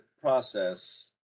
process